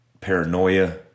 Paranoia